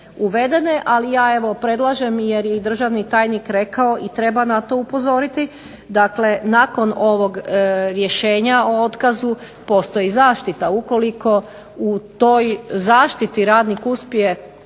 uvedene ali ja predlažem jer je i državni tajnik rekao i treba na to upozoriti. Dakle, nakon ovog rješenja o otkazu postoji zaštita. Ukoliko u toj zaštiti radnik uspije onda